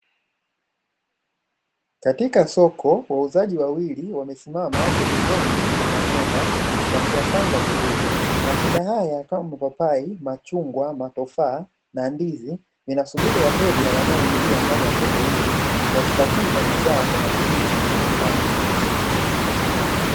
Katika soko wauzaji wawili wamesimama pembezoni mwa matunda wakiyapanga vizuri matunda haya kama mapapai, machungwa, matofaa na ndizi vinasubiri wateja wanaoingia ndani ya soko hili kwa kutafuta bidhaa kwa matumizi ya nyumbani.